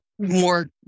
more